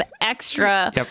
extra